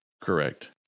correct